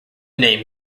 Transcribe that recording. name